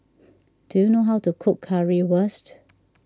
do you know how to cook Currywurst